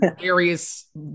various